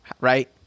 right